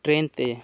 train ᱛᱮ